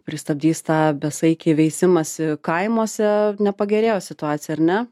pristabdys tą besaikį veisimąsi kaimuose nepagerėjo situacija ar ne